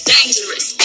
Dangerous